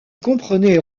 comprenait